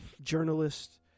journalists